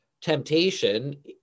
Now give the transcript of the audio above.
temptation